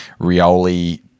Rioli